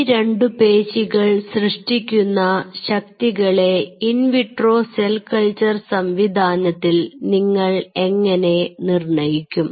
ഈ രണ്ടു പേശികൾ സൃഷ്ടിക്കുന്ന ശക്തികളെ ഇൻവിട്രോ സെൽ കൾച്ചർ സംവിധാനത്തിൽ നിങ്ങൾ എങ്ങനെ നിർണയിക്കും